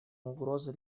угрозы